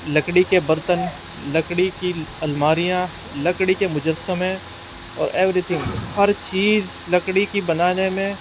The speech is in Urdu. لکڑی کے برتن لکڑی کی الماریاں لکڑی کے مجسمے اور ایوریتھنگ ہر چیز لکڑی کی بنانے میں